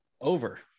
over